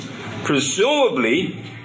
Presumably